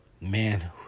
man